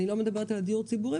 אני לא מדברת על הדיור הציבורי,